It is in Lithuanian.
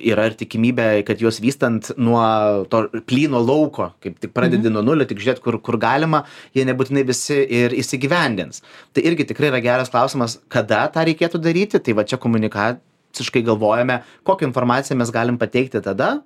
yra ir tikimybė kad juos vystant nuo to plyno lauko kaip tik pradedi nuo nulio tik žiūrėt kur kur galima jie nebūtinai visi ir įsigyvendins tai irgi tikrai yra geras klausimas kada tą reikėtų daryti tai va čia komunikaciškai galvojome kokią informaciją mes galim pateikti tada